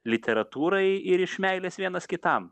literatūrai ir iš meilės vienas kitam